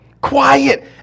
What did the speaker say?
Quiet